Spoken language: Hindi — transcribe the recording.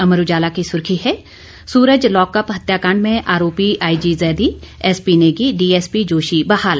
अमर उजाला की सुर्खी है सूरज लॉकअप हत्याकांड में आरोपी IG Zaidi SP Negi DSP Joshi बहाल